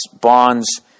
bonds